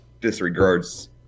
disregards